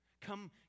Come